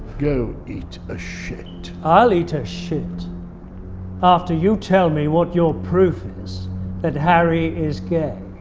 go eat a shit. i'll eat a shit after you tell me what your proof is that harry is gay.